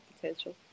potential